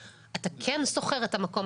אתה כן שוכר את המקום,